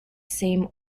same